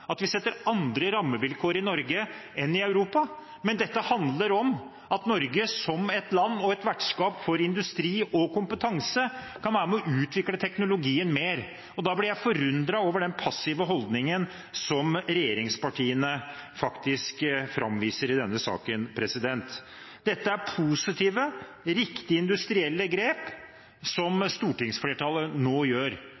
at vi setter andre rammevilkår i Norge enn i Europa, men det handler om at Norge som et land og et vertskap for industri og kompetanse kan være med og utvikle teknologien mer. Da blir jeg forundret over den passive holdningen som regjeringspartiene framviser i denne saken. Det er positive, riktige industrielle grep